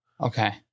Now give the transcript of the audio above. Okay